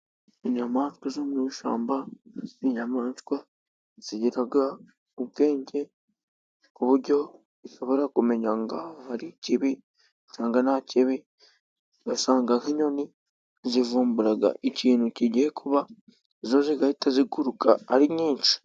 Inyamaswa zo mu ishyamba ni inyamaswa zigira ubwenge ku buryo zishobora kumenya ngo aha hari ikibi , cyangwa nta kibi , ugasanga nk'inyoni zivumbura ikintu kigiye kuba zo zigahita ziguruka ari nyinshi.